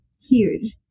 huge